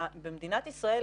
במדינת ישראל,